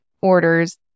orders